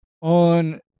on